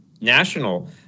national